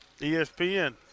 ESPN